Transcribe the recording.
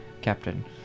Captain